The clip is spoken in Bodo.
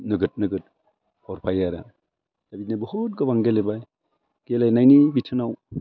नोगोद नोगोद हरफायो आरो दा बिदिनो बहुथ गोबां गेलेबाय गेलेनायनि बिथोनाव